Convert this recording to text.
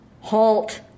HALT